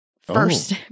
First